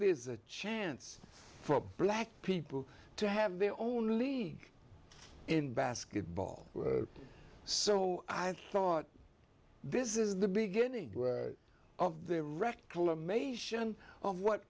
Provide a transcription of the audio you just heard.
there's a chance for a black people to have their own league in basketball so i thought this is the beginning of the